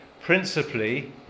principally